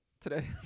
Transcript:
today